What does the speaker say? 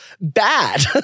bad